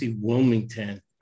Wilmington